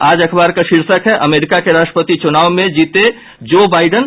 आज अखबार का शीर्षक है अमेरिका के राष्ट्रपति चुनाव में जीते जो बाइडेन